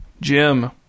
Jim